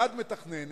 יד מתכננת,